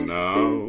now